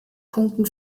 punkten